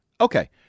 Okay